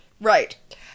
right